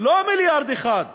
אז מה, לא מיליארד אחד.